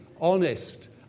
honest